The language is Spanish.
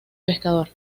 pescador